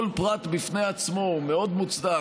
כל פרט בפני עצמו הוא מאוד מוצדק,